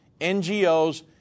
NGOs